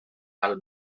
val